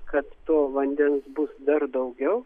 kad to vandens bus dar daugiau